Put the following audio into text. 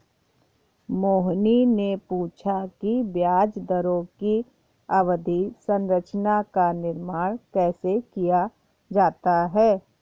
मोहिनी ने पूछा कि ब्याज दरों की अवधि संरचना का निर्माण कैसे किया जाता है?